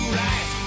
right